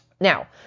Now